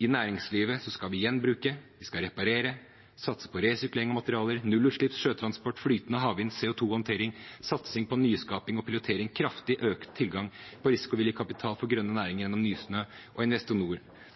I næringslivet skal vi gjenbruke, vi skal reparere, satse på resirkulering av materialer, nullutslipps sjøtransport, flytende havvind, CO2-håndtering, satsing på nyskaping og prioritering, og kraftig økt tilgang på risikovillig kapital for grønne næringer gjennom Nysnø og Investinor.